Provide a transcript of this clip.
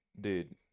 Dude